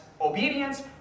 obedience